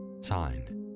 Signed